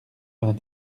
vingt